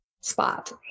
spot